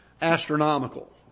astronomical